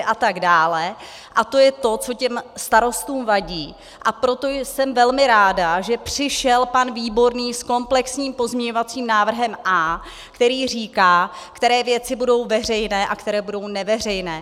A to je to, co starostům vadí, a proto jsem velmi ráda, že přišel pan Výborný s komplexním pozměňovacím návrhem A, který říká, které věci budou veřejné a které budou neveřejné.